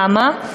למה?